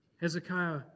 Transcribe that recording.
Hezekiah